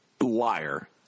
liar